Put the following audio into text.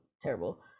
terrible